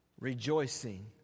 rejoicing